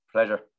Pleasure